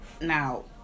Now